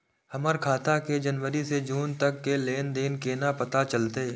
हमर खाता के जनवरी से जून तक के लेन देन केना पता चलते?